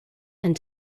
and